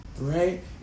right